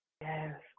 yes